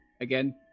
Again